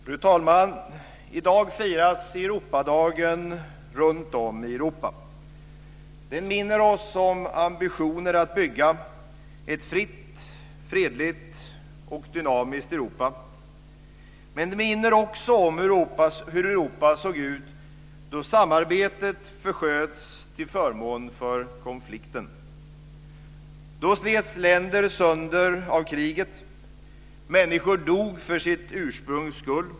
Fru talman! I dag firas Europadagen runtom i Europa. Den minner oss om ambitioner att bygga ett fritt, fredligt och dynamiskt Europa men den minner också om hur Europa såg ut då samarbetet försköts till förmån för konflikten. Då slets länder sönder av kriget. Människor dog för sitt ursprungs skull.